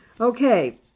Okay